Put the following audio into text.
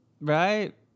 Right